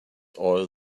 all